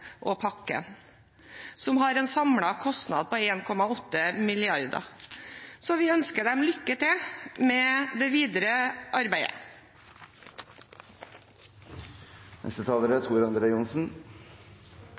pakken, som har en samlet kostnad på 1,8 mrd. kr. Vi ønsker dem lykke til med det videre arbeidet.